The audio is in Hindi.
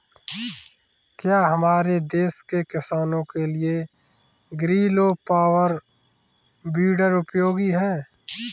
क्या हमारे देश के किसानों के लिए ग्रीलो पावर वीडर उपयोगी है?